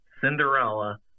Cinderella